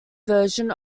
version